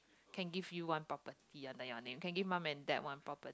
can give you one property under your name can give mum and dad one property